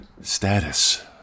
Status